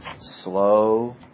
Slow